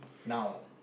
now